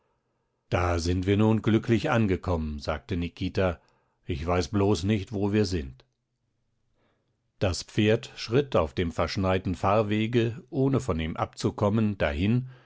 da sind wir nun glücklich angekommen sagte nikita ich weiß bloß nicht wo wir sind das pferd schritt auf dem verschneiten fahrwege ohne von ihm abzukommen dahin